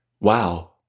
wow